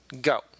go